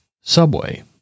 Subway